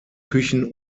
küchen